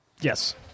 Yes